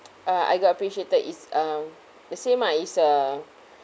uh I got appreciated is uh the same ah is uh